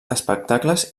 espectacles